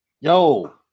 yo